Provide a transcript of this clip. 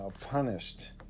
punished